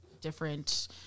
different